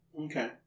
Okay